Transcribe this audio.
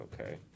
okay